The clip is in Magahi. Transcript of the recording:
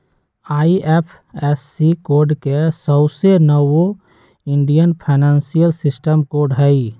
आई.एफ.एस.सी कोड के सऊसे नाओ इंडियन फाइनेंशियल सिस्टम कोड हई